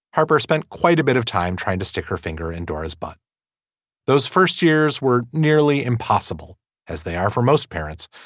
harper spent quite a bit of time trying to stick her finger indoors. but those first years were nearly impossible as they are for most parents.